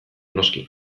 noski